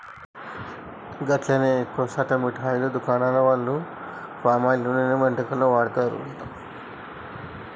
గట్లనే ఎక్కువ శాతం మిఠాయి దుకాణాల వాళ్లు పామాయిల్ నూనెనే వంటకాల్లో వాడతారట